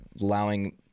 allowing